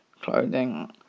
clothing